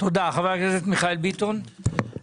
חבר הכנסת מיכאל ביטון, בבקשה.